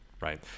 right